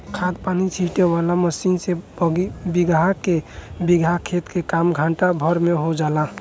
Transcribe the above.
खाद पानी छीटे वाला मशीन से बीगहा के बीगहा खेत के काम घंटा भर में हो जाला